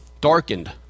darkened